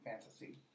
fantasy